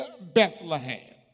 Bethlehem